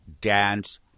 Dance